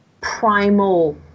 primal